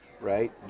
right